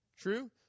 True